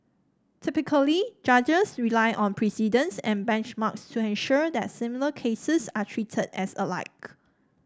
typically judges rely on precedents and benchmarks to ensure that similar cases are treated as alike